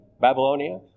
Babylonia